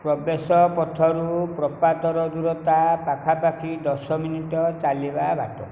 ପ୍ରବେଶ ପଥରୁ ପ୍ରପାତର ଦୂରତା ପାଖାପାଖି ଦଶ ମିନିଟ ଚାଲିବା ବାଟ